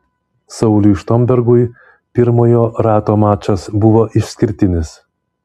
sauliui štombergui pirmojo rato mačas buvo išskirtinis